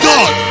God